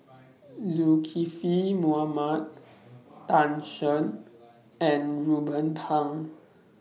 Zulkifli Bin Mohamed Tan Shen and Ruben Pang